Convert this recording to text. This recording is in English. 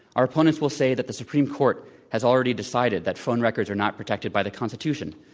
our opponents will say that the supreme court has already decided that phone records are not protected by the constitution.